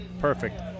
Perfect